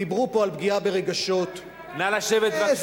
תודה, חבר הכנסת גפני.